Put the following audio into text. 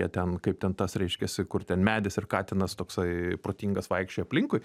ten kaip ten tas reiškiasi kur ten medis ir katinas toksai protingas vaikščiojo aplinkui